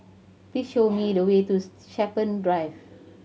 please show me the way to Shepherds Drive